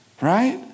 Right